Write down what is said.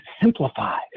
simplify